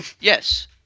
Yes